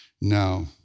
now